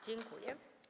Dziękuję.